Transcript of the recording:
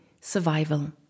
survival